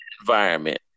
environment